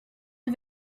the